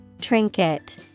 Trinket